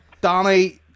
Danny